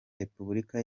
repubulika